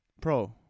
Pro